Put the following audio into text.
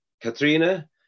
Katrina